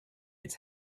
its